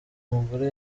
mugore